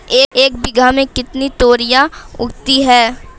एक बीघा में कितनी तोरियां उगती हैं?